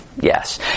yes